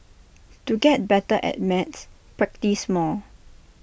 to get better at maths practise more